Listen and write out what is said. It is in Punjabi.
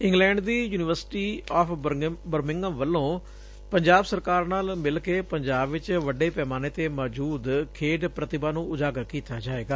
ਇੰਗਲੈਂਡ ਦੀ ਯੁਨੀਵਰਸਿਟੀ ਆਫ਼ ਬਰਮਿਘਮ ਵੱਲੋਂ ਪੰਜਾਬ ਸਰਕਾਰ ਨਾਲ ਮਿਲ ਕੇ ਪੰਜਾਬ ਵਿਚ ਵੱਡੇ ਪੈਮਾਨੇ ਤੇ ਮੌਜੁਦ ਖੇਡ ਪੁਤਿਭਾ ਨੂੰ ਉਜਾਗਰ ਕੀਤਾ ਜਾਏਗਾ